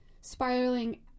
spiraling